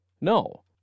No